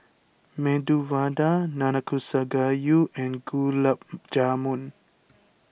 Medu Vada Nanakusa Gayu and Gulab Jamun